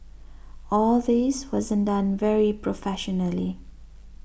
all this wasn't done very professionally